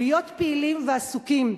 להיות פעילים ועסוקים.